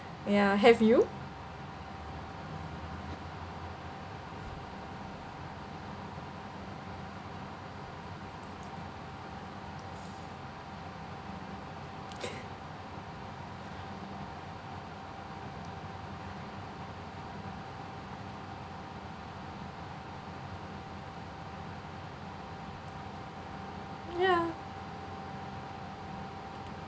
ya have you ya